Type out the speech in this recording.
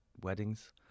weddings